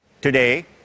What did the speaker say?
Today